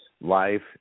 life